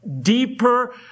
deeper